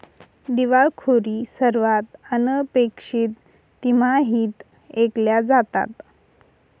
दिवाळखोरी सर्वात अनपेक्षित तिमाहीत ऐकल्या जातात